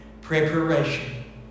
preparation